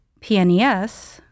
PNES